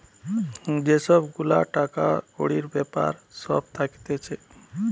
যে সব গুলা টাকা কড়ির বেপার সব থাকতিছে